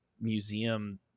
museum